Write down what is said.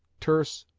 terse,